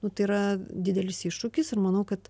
nu tai yra didelis iššūkis ir manau kad